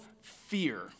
fear